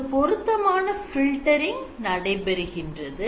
இங்கு பொருத்தமான filtering நடைபெறுகின்றது